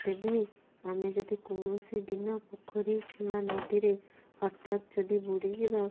ତେବେ ଆମେ ଯଦି କୌଣସି ଦିନ ପୋଖରୀ କିମ୍ବା ନଦୀରେ ହଠାତ ଯଦି ବୁଡ଼ିଯିବା